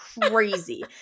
crazy